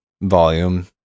volume